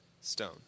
stone